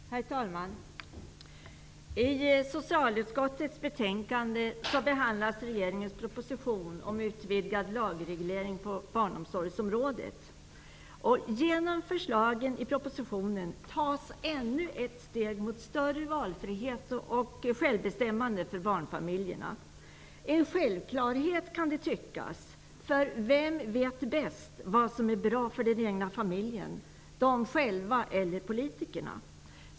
Herr talman! I socialutskottets betänkande behandlas regeringens proposition om utvidgad lagreglering på barnomsorgsområdet. Genom förslagen i propositionen tas ännu ett steg mot större valfrihet och mer självbestämmande för barnfamiljerna. En självklarhet kan det tyckas, för vem vet bäst vad som är bra för den egna familjen, familjerna själva eller politikerna?